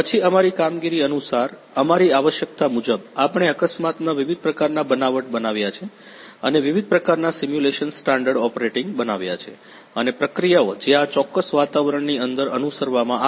પછી અમારી કામગીરી અનુસાર અમારી આવશ્યકતા મુજબ આપણે અકસ્માતનાં વિવિધ પ્રકારનાં બનાવટ બનાવ્યાં છે અને વિવિધ પ્રકારનાં સિમ્યુલેશન સ્ટાન્ડર્ડ ઓપરેટિંગ બનાવ્યાં છે અને પ્રક્રિયાઓ જે આ ચોક્કસ વાતાવરણની અંદર અનુસરવામાં આવે છે